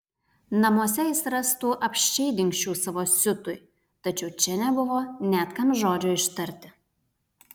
namuose jis rastų apsčiai dingsčių savo siutui tačiau čia nebuvo net kam žodžio ištarti